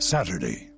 Saturday